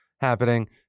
happening